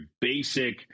basic